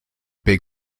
big